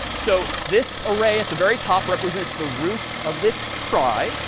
so this array at the very top represents the roots of this trie,